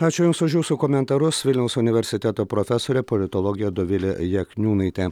ačiū jums už jūsų komentarus vilniaus universiteto profesorė politologė dovilė jakniūnaitė